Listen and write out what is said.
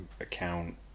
account